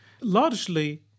Largely